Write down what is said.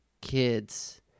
kids